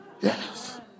Yes